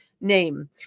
name